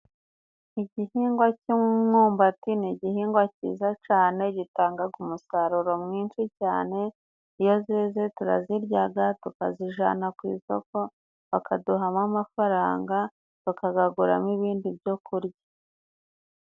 Igihingwa cy'umwumbati ni igihingwa cyiza cane gitangaga umusaruro mwinshi cyane. Iyo zeze turaziryaga tukazijana ku isoko bakaduhamo amafaranga bakazaguramo ibindi byo kurya.